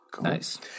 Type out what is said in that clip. Nice